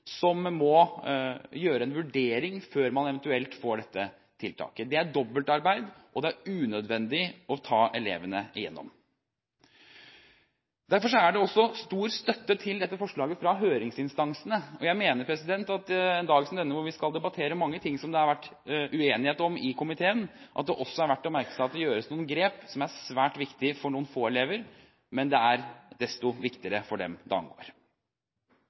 PP-tjenesten må gjøre en vurdering før man eventuelt får dette tiltaket. Det er dobbeltarbeid, og det er unødvendig å ta elevene igjennom dette. Derfor er det også stor støtte til dette forslaget fra høringsinstansene, og jeg mener at det på en dag som denne – da vi skal debattere mange ting som det har vært uenighet om i komiteen – også er verdt å merke seg at det gjøres noen grep som er svært viktige for noen få elever, men det er desto viktigere for dem det angår.